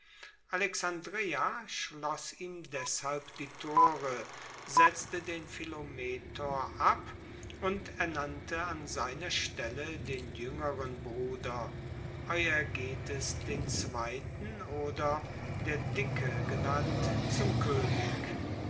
alexandreia schloss ihm deshalb die tore setzte den philometor ab und ernannte an seiner stelle den juengeren bruder euergetes ii oder der dicke genannt zum koenig